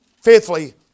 Fifthly